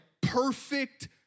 perfect